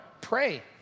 Pray